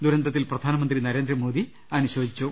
ദുരന്തത്തിൽ പ്രധാനമന്ത്രി നരേന്ദ്രമോദി അനുശോ ചിച്ചു